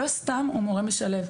לא סתם הוא מורה משלב.